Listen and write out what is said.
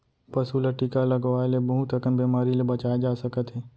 पसू ल टीका लगवाए ले बहुत अकन बेमारी ले बचाए जा सकत हे